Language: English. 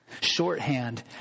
Shorthand